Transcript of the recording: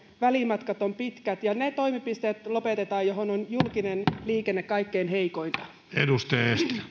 välimatkat ovat pitkät ja ne toimipisteet lopetetaan joihin on julkinen liikenne kaikkein heikointa